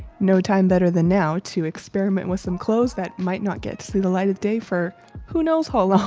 no time better than now to experiment with some clothes that might not get to see the light of day for who knows how long.